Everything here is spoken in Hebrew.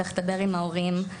צריך לדבר עם ההורים,